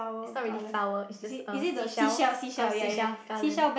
its not really flower its uh seashells uh seashells garland